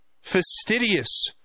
fastidious